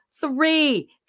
three